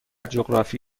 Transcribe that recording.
جغرافی